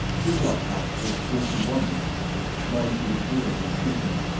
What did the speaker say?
his lighthouse was forty one metres tall, nineteen taller than smeaton's,